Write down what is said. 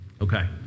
Okay